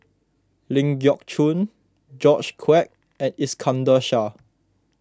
Ling Geok Choon George Quek and Iskandar Shah